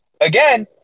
again